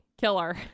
Killer